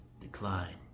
decline